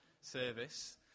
service